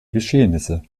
geschehnisse